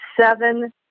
seven